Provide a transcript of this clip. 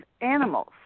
animals